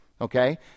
Okay